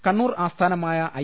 കണ്ണൂർ ആസ്ഥാനമായ ഐ